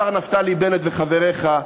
השר נפתלי בנט וחבריך,